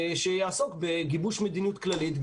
שיעסוק בגיבוש מדיניות כללית,